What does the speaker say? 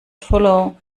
follow